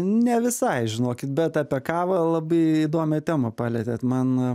ne visai žinokit bet apie kavą labai įdomią temą palietėt man